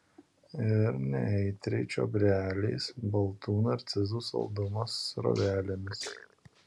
ir neaitriai čiobreliais baltų narcizų saldumo srovelėmis